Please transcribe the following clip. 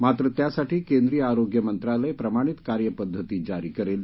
मात्र त्यासाठी केंद्रीय आरोग्य मंत्रालय प्रमाणित कार्यपद्धती जारी करेल